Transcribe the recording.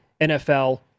NFL